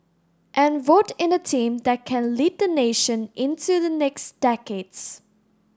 and vote in a team that can lead the nation into the next decades